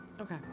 Okay